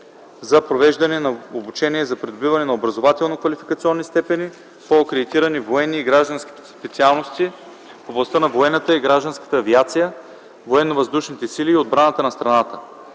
за провеждане на обучение за придобиване на образователно-квалификационни степени по акредитирани военни и граждански специалности в областта на военната и гражданската авиация, военновъздушните сили и отбраната на страната.